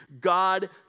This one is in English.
God